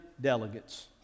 delegates